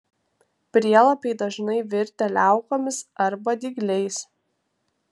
prielapiai dažnai virtę liaukomis arba dygliais